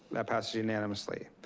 that passes unanimously.